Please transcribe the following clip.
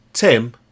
Tim